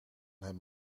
hem